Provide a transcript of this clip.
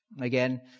Again